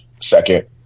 second